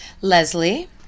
Leslie